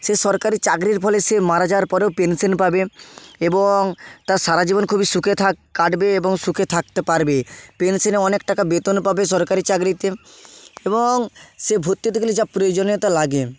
সে সরকারি চাকরির ফলে সে মারা যাওয়ার পরেও পেনশন পাবে এবং তার সারা জীবন খুবই সুখে থাক কাটবে এবং সুখে থাকতে পারবে পেনশানে অনেক টাকা বেতন পাবে সরকারি চাকরিতে এবং সে ভর্তি হতে গেলে যা প্রয়োজনীয়তা লাগে